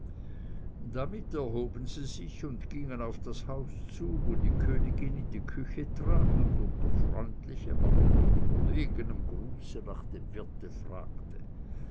damit erhoben sie sich und gingen auf das haus zu wo die königin in die küche trat und unter freundlichem aber doch überlegenem gruße nach dem wirte fragte